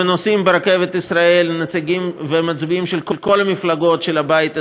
ונוסעים ברכבת ישראל נציגים ומצביעים של כל המפלגות של הבית הזה.